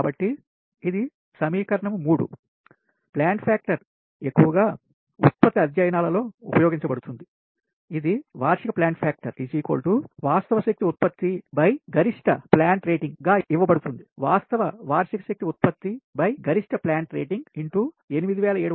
కాబట్టి ఇది సమీకరణం 3 ప్లాంట్ ఫ్యాక్టర్ ఎక్కువగా ఉత్పత్తి అధ్యయనాలలో ఉపయోగించబడుతుంది ఇది వార్షిక ప్లాంట్ ఫ్యాక్టర్ వాస్తవ శక్తి ఉత్పత్తి గరిష్ట ప్లాంట్ రేటింగ్ గా ఇవ్వబడుతుంది వాస్తవ వార్షిక శక్తి ఉత్పత్తి గరిష్ట ప్లాంట్ రేటింగ్ X 8760